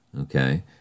okay